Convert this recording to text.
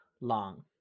long